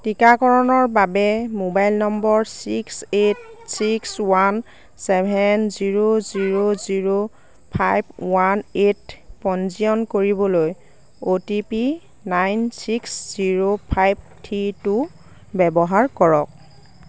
টীকাকৰণৰ বাবে mobile number six eight six one seven zero zero zero five one eight পঞ্জীয়ন কৰিবলৈ O T P nine six zero five three two ব্যৱহাৰ কৰক